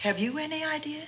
have you any idea